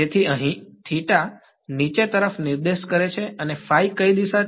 તેથી અહીં નીચે તરફ નિર્દેશ કરે છે અને કઈ દિશા છે